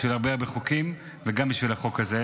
בשביל הרבה חוקים וגם בשביל החוק הזה.